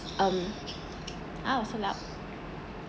um !aww! so well